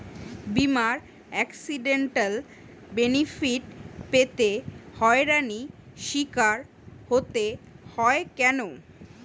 বিমার accidental benefit পেতে হয়রানির স্বীকার হতে হয় কেন?